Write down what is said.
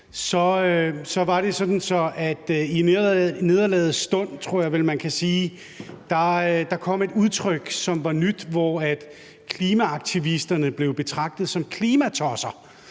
var det sådan, at i nederlagets stund, tror jeg vel man kan sige, kom der et udtryk, som var nyt, hvor klimaaktivisterne blev betegnet som klimatosser.